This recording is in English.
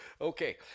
okay